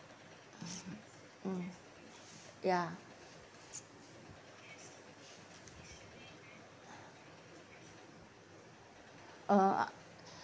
mm ya uh